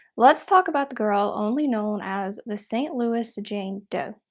let's talk about the girl only known as the st. louis jane doe.